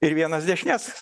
ir vienas dešinės